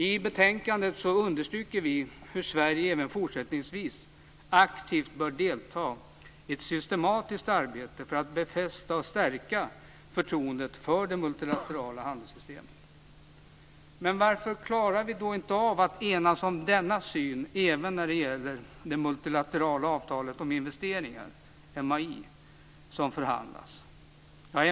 I betänkandet understryker vi hur Sverige även fortsättningsvis aktivt bör delta i ett systematiskt arbete för att befästa och stärka förtroendet för det multilaterala handelssystemet. Men varför klarar vi då inte av att enas om denna syn även när det gäller det multilaterala avtalet om investeringar, MAI, som förhandlas?